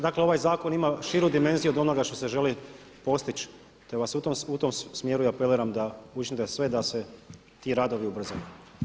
Dakle, ovaj zakon ima širu dimenziju od onoga što se želi postići, te vas u tom smjeru i apeliram da učinite sve da se ti radovi ubrzaju.